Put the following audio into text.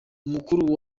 umukuru